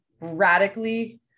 radically